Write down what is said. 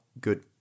good